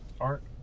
art